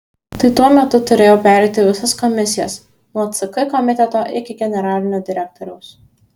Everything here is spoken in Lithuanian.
tai tuo metu turėjau pereiti visas komisijas nuo ck komiteto iki generalinio direktoriaus